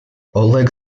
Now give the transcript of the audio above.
oleg